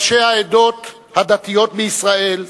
ראשי העדות הדתיות בישראל,